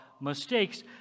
mistakes